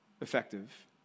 Effective